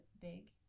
big